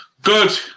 Good